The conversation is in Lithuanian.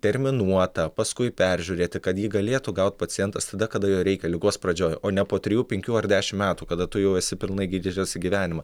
terminuotą paskui peržiūrėti kad jį galėtų gaut pacientas tada kada jo reikia ligos pradžioj o ne po trijų penkių ar dešimt metų kada tu jau esi pilnai grįžęs į gyvenimą